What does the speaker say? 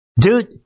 Dude